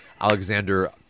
Alexander